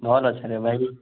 ଭଲ୍ ଅଛରେ ଭାଇ